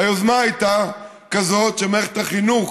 היוזמה הייתה כזו שמערכת החינוך